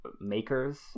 makers